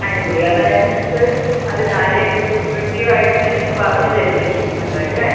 അതുശരി അതായത് മിസ്സ് അത് കാര്യമായിട്ട് ഡിസ്ക്രിപ്റ്റീവ് ആയിട്ട് നിങ്ങൾക്ക് പറഞ്ഞ് തരുന്നില്ല ഉണ്ടായത് അല്ലേ